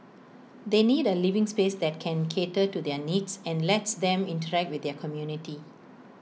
they need A living space that can cater to their needs and lets them interact with their community